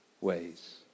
ways